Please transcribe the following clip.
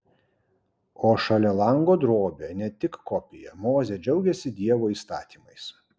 o šalia lango drobė ne tik kopija mozė džiaugiasi dievo įstatymais